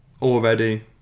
Already